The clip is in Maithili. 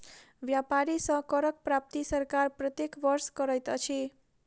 व्यापारी सॅ करक प्राप्ति सरकार प्रत्येक वर्ष करैत अछि